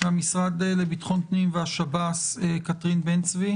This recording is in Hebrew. מהמשרד לביטחון פנים והשב"ס: קתרין בן צבי